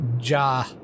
Ja